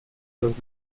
los